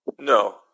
No